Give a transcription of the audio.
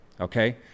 okay